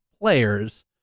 players